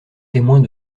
témoins